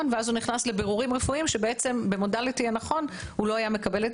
ואז הוא נכנס לבירורים רפואיים שבעצם במודילטי הנכון הוא לא היה מקבל.